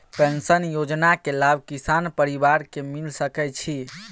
Pension योजना के लाभ किसान परिवार के मिल सके छिए?